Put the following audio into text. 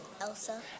Elsa